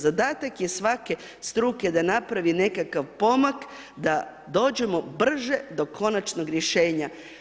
Zadatak je svake struke da napraviti nekakav pomak, da dođemo brže do konačnog rješenja.